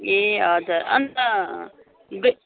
ए हजुर अन्त ब्रेक